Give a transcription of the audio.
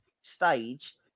stage